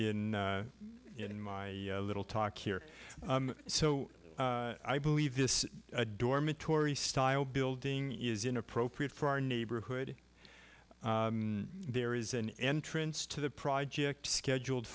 in in my little talk here so i believe this dormitory style building is inappropriate for our neighborhood there is an entrance to the project scheduled